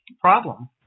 problem